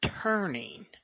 turning